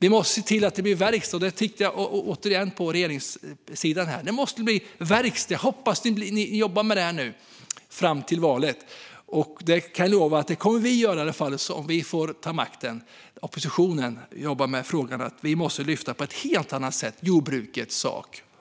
Vi måste se till att det blir verkstad - jag tittar återigen på företrädarna för regeringssidan. Det måste bli verkstad. Jag hoppas att ni nu jobbar med detta fram till valet - det kan jag lova att vi i oppositionen kommer att göra, också sedan om vi får makten. Vi måste lyfta jordbrukets sak på ett helt annat sätt